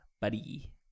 buddy